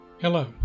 Hello